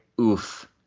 oof